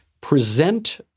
present